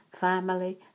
family